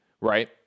right